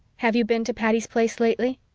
have you been to patty's place lately?